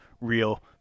real